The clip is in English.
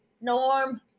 Norm